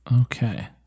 Okay